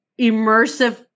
immersive